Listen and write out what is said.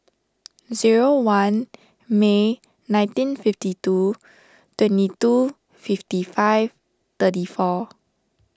zero one May nineteen fifty two twenty two fifty five thirty four